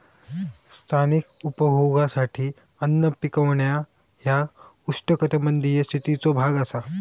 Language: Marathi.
स्थानिक उपभोगासाठी अन्न पिकवणा ह्या उष्णकटिबंधीय शेतीचो भाग असा